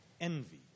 envy